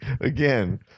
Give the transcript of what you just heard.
Again